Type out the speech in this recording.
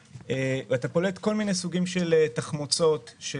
אתה פולט כל מיני סוגים של תחמוצות של